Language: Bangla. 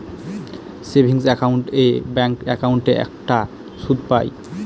সেভিংস একাউন্ট এ ব্যাঙ্ক একাউন্টে একটা সুদ পাই